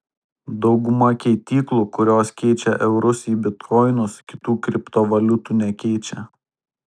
dauguma keityklų kurios keičia eurus į bitkoinus kitų kriptovaliutų nekeičia